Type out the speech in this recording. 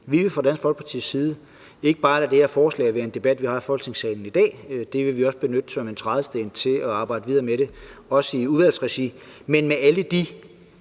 at vi fra Dansk Folkepartis side ikke bare vil lade det her forslag være en debat, vi har i Folketingssalen i dag; det vil vi også benytte som en trædesten til at arbejde videre med det, også i udvalgsregi – med alle de